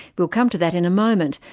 we'll come to that in a moment,